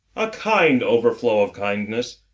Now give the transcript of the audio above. a kind overflow of kindness.